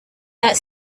that